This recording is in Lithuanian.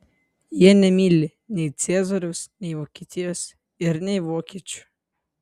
jie nemyli nei ciesoriaus nei vokietijos ir nei vokiečių